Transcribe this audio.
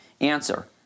Answer